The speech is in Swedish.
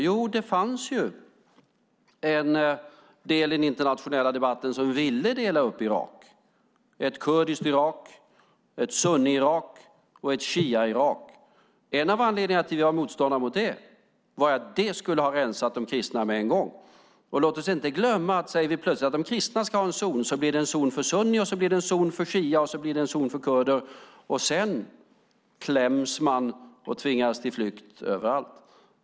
Ja, det fanns en del i den internationella debatten som ville dela upp Irak i ett kurdiskt Irak, ett sunni-Irak och ett shia-Irak. En av anledningarna till att vi var motståndare till det var att det skulle ha rensat ut de kristna med en gång. Låt oss inte glömma att om vi plötsligt säger att de kristna ska ha en zon blir det en zon för sunni, en zon för shia och en zon för kurder, och sedan kläms man och tvingas till flykt överallt.